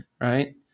right